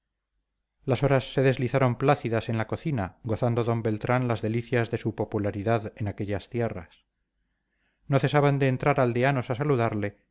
las horas se deslizaron plácidas en la cocina gozando d beltrán las delicias de su popularidad en aquellas tierras no cesaban de entrar aldeanos a saludarle